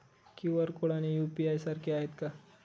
QR code आणि UPI सारखे आहेत का?